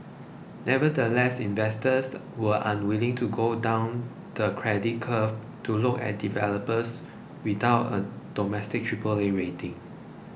nevertheless investors were unwilling to go down the credit curve to look at developers without a domestic Triple A rating